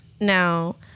Now